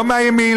לא מהימין,